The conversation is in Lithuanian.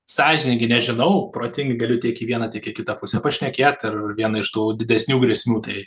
sąžiningi nežinau protingi galiu tiek į vieną tiek į kitą pusę pašnekėt ir vieną iš tų didesnių grėsmių tai